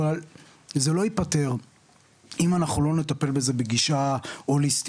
אבל זה לא ייפתר אם אנחנו לא נטפל בזה בגישה הוליסטית,